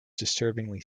disturbingly